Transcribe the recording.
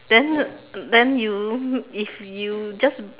then then you if you just